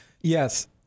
Yes